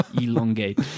elongate